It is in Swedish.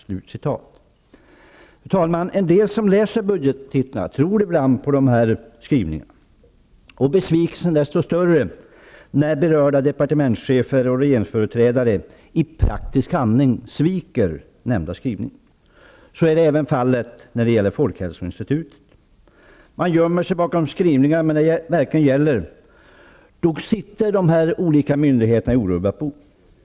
En del som läser bilagorna till budgetpropositionen tror ibland på skrivningarna, och besvikelsen är desto större när berörda departementschefer och andra regeringsföreträdare i praktisk handling sviker i fråga om dessa skrivningar. Så är även fallet beträffande folkhälsoinstitutet. Regeringen gömmer sig bakom skrivningar, men när det verkligen gäller, så nog sitter de olika myndigheterna i orubbat bo.